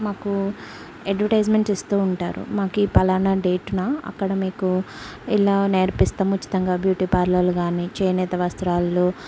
మాకు అడ్వర్టైజ్మెంట్ ఇస్తూ ఉంటారు మాకు ఈ ఫలానా డేట్న అక్కడ మీకు ఇలా నేర్పిస్తాము ఉచితంగా బ్యూటీ పార్లర్ కానీ చేనేత వస్త్రాలు